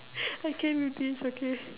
I came with this okay